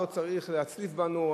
לא צריך להצליף בנו,